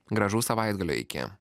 gražaus savaitgalio reikia